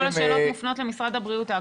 כל השאלות מופנות למשרד הבריאות.